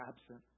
absent